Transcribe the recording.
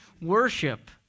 worship